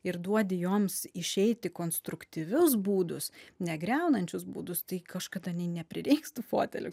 ir duodi joms išeiti konstruktyvius būdus negriaunančius būdus tai kažkada nė neprireiks tų fotelių